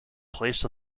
placed